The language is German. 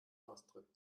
ausdrücken